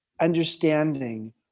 understanding